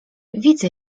widzę